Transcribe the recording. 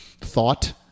thought